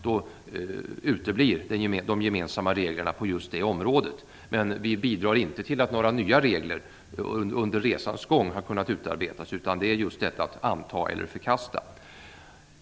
Då uteblir de gemensamma reglerna på just det området, men vi bidrar inte till att några nya regler har kunnat utarbetats under resans gång. Det handlar om just detta att anta eller förkasta.